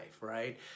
right